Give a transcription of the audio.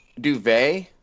duvet